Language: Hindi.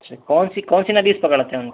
अच्छा कौन सी कौन सी नदी से पकड़ते हैं उनको